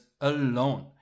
alone